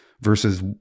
versus